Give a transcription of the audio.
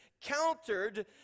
countered